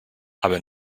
aber